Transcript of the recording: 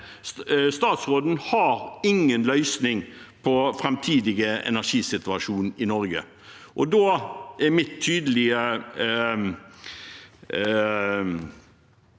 Statsråden har ingen løsning på den framtidige energisituasjonen i Norge. Da er mitt tydelige råd